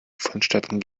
vonstatten